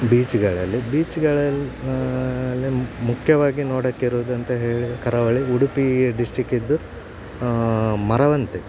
ಬೀಚುಗಳಲ್ಲಿ ಬೀಚ್ಗಳಲ್ಲಿ ಅಲ್ಲಿ ಮುಖ್ಯವಾಗಿ ನೋಡಕ್ಕೆ ಇರೋದು ಅಂತ ಹೇಳಿ ಕರಾವಳಿ ಉಡುಪಿಯ ಡಿಸ್ಟಿಕ್ ಇದ್ದು ಮರವಂತೆ